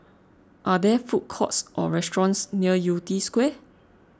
are there food courts or restaurants near Yew Tee Square